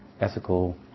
Ethical